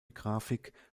grafik